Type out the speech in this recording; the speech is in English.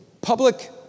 public